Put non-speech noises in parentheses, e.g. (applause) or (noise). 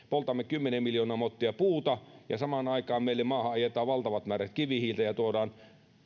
(unintelligible) poltamme kymmenen miljoonaa mottia puuta ja samaan aikaan meille maahan ajetaan valtavat määrät kivihiiltä ja tuodaan